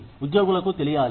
ఉద్యోగులకు తెలియాలి